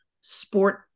sport